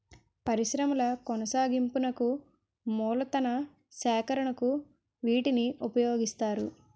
పరిశ్రమల కొనసాగింపునకు మూలతన సేకరణకు వీటిని ఉపయోగిస్తారు